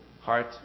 heart